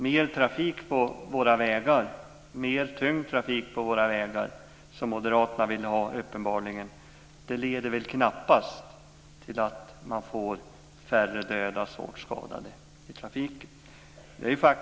Mer trafik på våra vägar, mer tung trafik på våra vägar, som moderaterna uppenbarligen vill ha, leder väl knappast till att man får färre dödade och svårt skadade i trafiken.